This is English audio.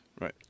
Right